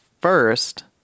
first